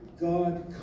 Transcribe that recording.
God